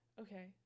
okay